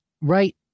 Right